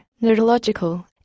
neurological